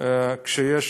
כשיש